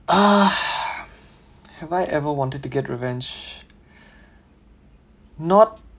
uh have I ever wanted to get revenge not